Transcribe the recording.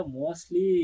mostly